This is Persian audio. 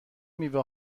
میوه